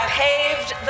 paved